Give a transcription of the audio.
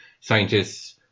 Scientists